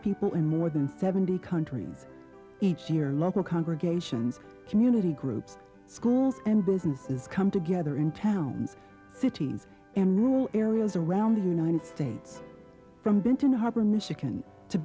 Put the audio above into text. people in more than seventy countries each year local congregations community groups schools and businesses come together in towns cities and rural areas around the united states from benton harbor michigan to